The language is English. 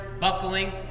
buckling